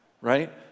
right